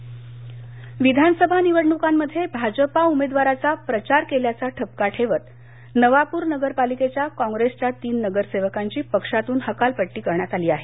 निलंबन नंदुरबार विधानसभा निवडणुकामध्ये भाजपा उमेदवाराचा प्रचार केल्याचा ठपका ठेवत नवापूर नगरपालिकेच्या काँप्रेसच्या तीन नगरसेवकांची पक्षातून हकालपट्टी करण्यात आली आहे